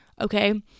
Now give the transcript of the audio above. Okay